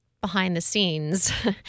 behind-the-scenes